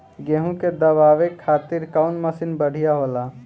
गेहूँ के दवावे खातिर कउन मशीन बढ़िया होला?